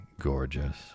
gorgeous